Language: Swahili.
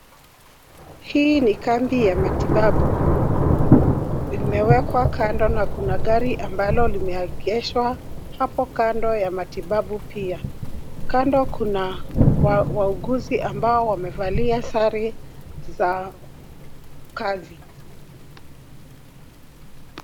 Hii ni kambi ya matibabu, imewekwa kando na kuna gari ambalo limeegeshwa hapo kando ya matibabu pia. Kando kuna wauguzi ambao wamevalia sare za kazi.